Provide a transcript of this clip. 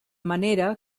manera